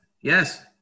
Yes